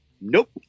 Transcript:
nope